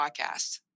podcast